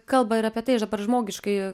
kalba ir apie tai aš dabar žmogiškai